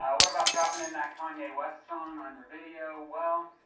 what about dropping in that kanye west song on your video? well,